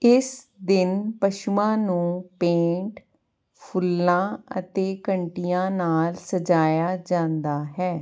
ਇਸ ਦਿਨ ਪਸ਼ੂਆਂ ਨੂੰ ਪੇਂਟ ਫੁੱਲਾਂ ਅਤੇ ਘੰਟੀਆਂ ਨਾਲ ਸਜਾਇਆ ਜਾਂਦਾ ਹੈ